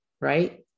right